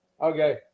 Okay